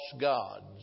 gods